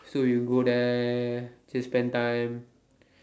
go there we spend time